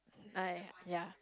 I ya